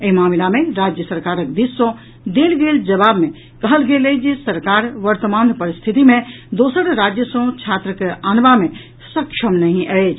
एहि मामिला मे राज्य सरकारक दिस सँ देल गेल जवाब मे कहल गेल अछि जे सरकार वर्मतान परिस्थिति मे दोसर राज्य सँ छात्र के आनबा मे सक्षम नहि अछि